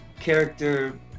character